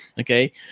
okay